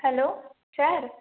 hello sir